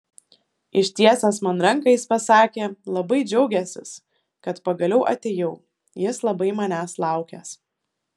ištiesęs man ranką jis pasakė labai džiaugiąsis kad pagaliau atėjau jis labai manęs laukęs